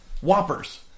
Whoppers